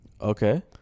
Okay